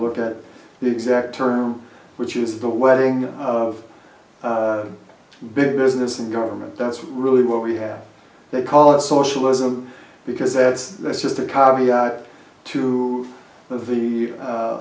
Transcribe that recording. look at the exact term which is the wedding of big business and government that's really what we have they call it socialism because that's that's just the two of the